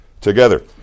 together